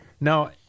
No